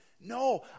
No